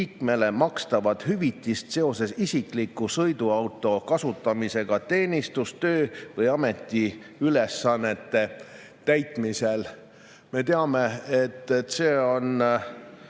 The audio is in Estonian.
liikmele makstavat hüvitist seoses isikliku sõiduauto kasutamisega teenistustöö või ametiülesannete täitmisel. Me teame, et see on